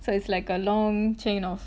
so it's like a long chain of